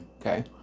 okay